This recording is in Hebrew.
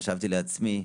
וחשבתי לעצמי: